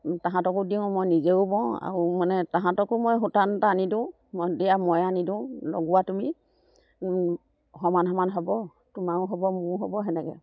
সিহঁতকো দিওঁ মই নিজেও বওঁ আৰু মানে সিহঁতকো মই সূতা নুটা আনি দিওঁ দিয়া ময়ে আনি দিওঁ লগোৱা তুমি সমান সমান হ'ব তোমাৰো হ'ব মোৰো হ'ব সেনেকৈ